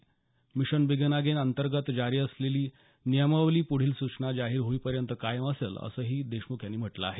mission begin again अंतर्गत जारी असलेली नियमावली पुढील सूचना जाहीर होईपर्यंत कायम असेल असंही देशमुख यांनी म्हटलं आहे